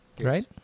Right